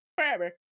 forever